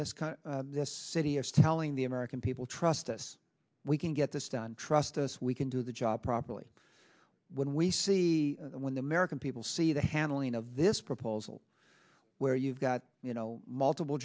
of this city is telling the american people trust us we can get this done trust us we can do the job properly when we see when the american people see the handling of this proposal where you've got you know multiple